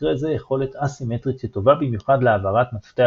במקרה זה יכולת א-סימטרית שטובה במיוחד להעברת מפתח